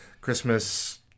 Christmas